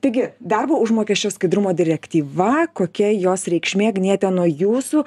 taigi darbo užmokesčio skaidrumo direktyva kokia jos reikšmė agniete nuo jūsų